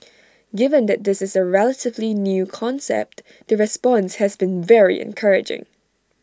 given that this is A relatively new concept the response has been very encouraging